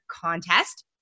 contest